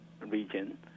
region